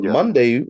Monday